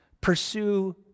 pursue